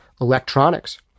electronics